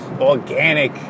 Organic